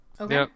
Okay